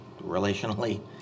relationally